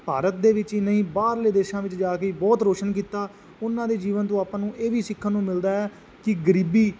ਭਾਰਤ ਦੇ ਵਿੱਚ ਹੀ ਨਹੀਂ ਬਾਹਰਲੇ ਦੇਸ਼ਾਂ ਵਿੱਚ ਜਾ ਕੇ ਬਹੁਤ ਰੋਸ਼ਨ ਕੀਤਾ ਉਹਨਾਂ ਦੇ ਜੀਵਨ ਤੋਂ ਆਪਾਂ ਨੂੰ ਇਹ ਵੀ ਸਿੱਖਣ ਨੂੰ ਮਿਲਦਾ ਹੈ ਕਿ ਗਰੀਬੀ